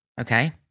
Okay